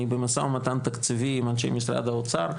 אני במשא ומתן תקציבי עם אנשי משרד האוצר,